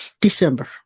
december